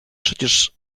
przecież